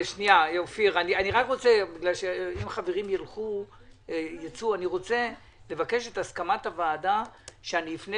אם חברים ייצאו אני רוצה את הסכמת הוועדה שאני אפנה